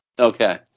Okay